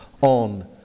on